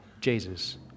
Jesus